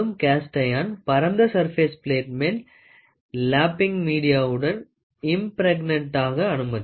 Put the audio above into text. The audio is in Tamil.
கேஸ்ட் அயன் பரந்த சர்பேஸ் பிலேட் மேல் லப்பிங் மீடியாவுடன் இம்ப்ரெகநட்டாக அனுமதிக்கும்